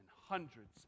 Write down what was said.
hundreds